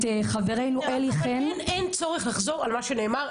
חברנו --- באמת אין צורך לחזור על מה שנאמר,